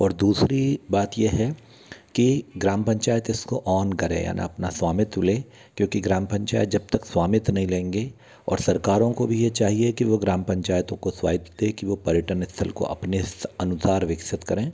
और दूसरी बात ये है कि ग्राम पंचायत इसको ऑन करे यानी अपना स्वामित्व ले क्योंकि ग्राम पंचायत जब तक स्वामित्व नही लेंगी और सरकारों को भी ये चाहिए कि वो ग्राम पंचायतों को स्वायित्व दें कि वो पर्यटन स्थल को अपने अनुसार विकसित करें